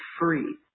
free